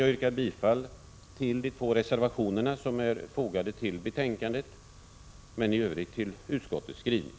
Jag yrkar bifall till de två reservationer som är fogade till betänkandet och i övrigt till utskottets hemställan.